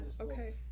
Okay